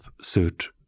suit